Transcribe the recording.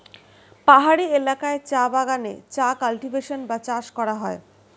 পাহাড়ি এলাকায় চা বাগানে চা কাল্টিভেশন বা চাষ করা হয়